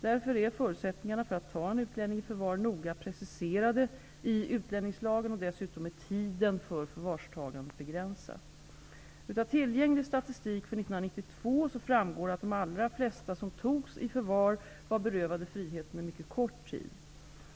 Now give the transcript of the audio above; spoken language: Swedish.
Därför är förutsättningarna för att ta en utlänning i förvar noga preciserade i utlänningslagen, och dessutom är tiden för förvarstagandet begränsat. Av tillgänglig statistik för 1992 framgår att de allra flesta som togs i förvar var berövade friheten en mycket kort tid.